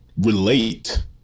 relate